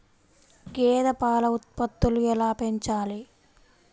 గేదె పాల ఉత్పత్తులు ఎలా పెంచాలి?